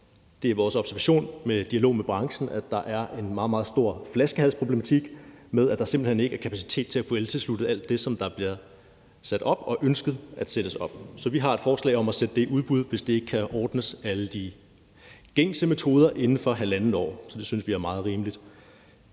Det er vores observation efter dialog med branchen, at der er en meget, meget stor flaskehalsproblematik med, at der simpelt hen ikke er kapacitet til at få eltilsluttet alt det, som der bliver sat op, og som der ønskes at der bliver sat op. Så vi har et forslag om at sætte det i udbud, hvis ikke det via alle de gængse metoder kan ordnes inden for halvandet år. Så det synes vi er meget rimeligt.